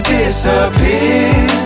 disappear